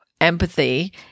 empathy